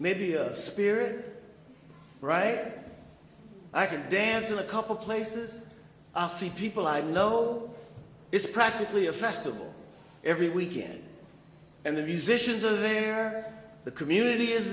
maybe a spear right i can dance in a couple places i'll see people i know it's practically a festival every weekend and the musicians are there the community is